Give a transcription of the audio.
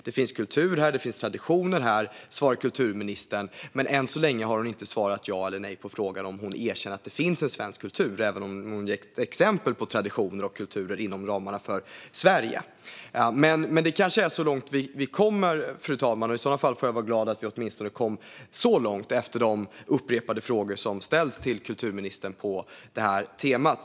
Det finns kultur och traditioner här, svarar kulturministern, men än så länge har hon inte svarat ja eller nej på frågan om hon erkänner att det finns en svensk kultur, även om hon ger exempel på traditioner och kulturer inom Sveriges ramar. Men det kanske är så här långt vi kommer, fru talman, och i så fall får jag vara glad att vi åtminstone kom så långt, efter de upprepade frågor som ställts till kulturministern på detta tema.